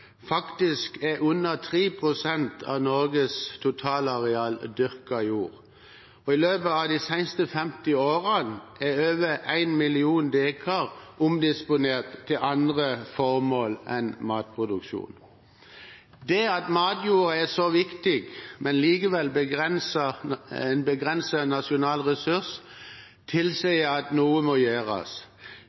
faktisk er under 3 pst. av Norges totalareal dyrket jord. I løpet av de siste 50 årene er over 1 million dekar omdisponert til andre formål enn matproduksjon. Det at matjorda er en så viktig, men likevel begrenset, nasjonal ressurs, tilsier at noe må gjøres.